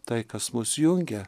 tai kas mus jungia